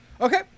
Okay